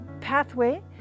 pathway